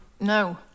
No